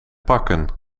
pakken